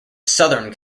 southern